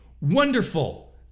wonderful